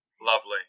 Lovely